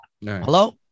hello